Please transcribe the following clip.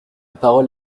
parole